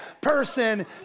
person